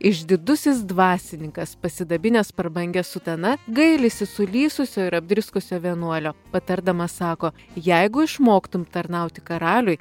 išdidusis dvasininkas pasidabinęs prabangia sutena gailisi sulysusio ir apdriskusio vienuolio patardamas sako jeigu išmoktum tarnauti karaliui